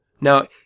now